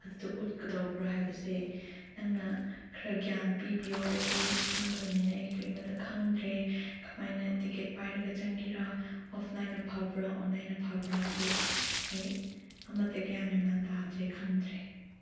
ꯑꯗꯨꯗꯣ ꯎꯠꯀꯗꯕ꯭ꯔ ꯍꯥꯏꯕꯁꯦ ꯅꯪꯅ ꯈꯔ ꯒ꯭ꯌꯥꯟ ꯄꯤꯕꯤꯌꯨ ꯑꯩꯗꯤ ꯑꯍꯥꯟꯕ ꯑꯣꯏꯕꯅꯤꯅ ꯑꯩ ꯀꯔꯤꯃꯇ ꯈꯪꯗ꯭ꯔꯦ ꯀꯃꯥꯏꯅ ꯇꯤꯛꯀꯦꯠ ꯄꯥꯏꯔꯒ ꯆꯪꯒꯦꯔ ꯑꯣꯐꯂꯥꯏꯟꯅ ꯐꯕ꯭ꯔ ꯑꯣꯟꯂꯥꯏꯟꯅ ꯐꯕ꯭ꯔꯁꯨ ꯑꯩ ꯑꯃꯇ ꯒ꯭ꯌꯥꯟ ꯃꯦꯟ ꯃꯥꯟ ꯇꯥꯗ꯭ꯔꯦ ꯈꯪꯗ꯭ꯔꯦ